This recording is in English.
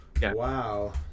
wow